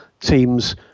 teams